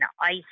ice